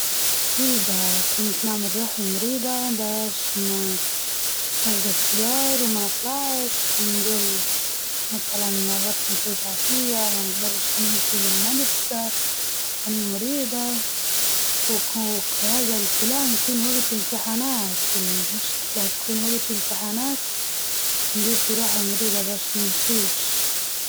أكيد أيام كنت صغيرة كنت بتمارض عشان نقعد في البيت، وما نمشي المدرسة، خاصة لو كان عندي يوم في إختبار، أو يوم ماني كاتبة فيه الواجب، مش مستعدة، هادي طريقتي باش نغيب.